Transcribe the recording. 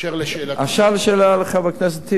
אשר לשאלה, עכשיו לשאלה של חבר הכנסת טיבי.